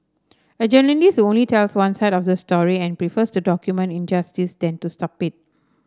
a journalist who only tells one side of the story and prefers to document injustice than to stop it